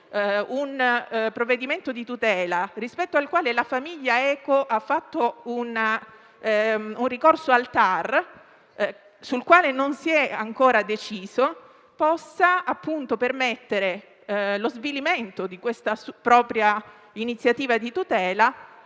un provvedimento di tutela - rispetto al quale la famiglia Eco ha fatto un ricorso al TAR, e sul quale non si è ancora deciso - possa permettere lo svilimento di questa propria iniziativa di tutela,